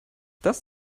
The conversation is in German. das